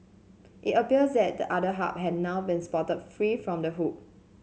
it appears that the otter had now been spotted free from the hook